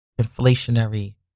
inflationary